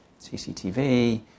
CCTV